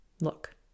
Look